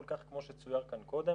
כך כמו שצויר כאן קודם.